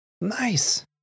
nice